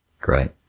Great